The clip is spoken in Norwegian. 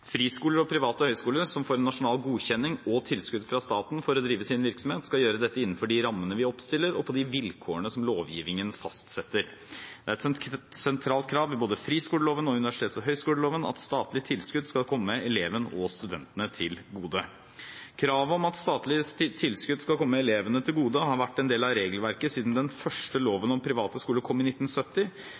Friskoler og private høyskoler som får nasjonal godkjenning og tilskudd fra staten for å drive sin virksomhet, skal gjøre dette innenfor de rammene vi oppstiller, og på de vilkårene som lovgivningen fastsetter. Det er et sentralt krav i både friskoleloven og universitets- og høyskoleloven at statlige tilskudd skal komme elevene og studentene til gode. Kravet om at statlige tilskudd skal komme elevene til gode, har vært en del av regelverket siden den første loven om private skoler kom i 1970.